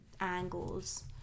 angles